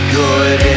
good